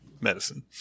medicine